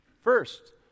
First